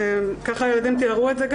כך הילדים תיארו את זה.